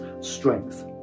strength